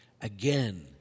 Again